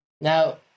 Now